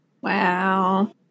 Wow